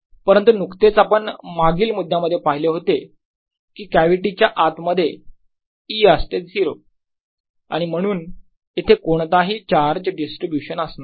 परंतु नुकतेच आपण मागील मुद्द्यामध्ये पाहिले होते की कॅव्हिटीच्या आत मध्ये E असते 0 आणि म्हणून इथे कोणताही चार्ज डिस्ट्रीब्यूशन असणार नाही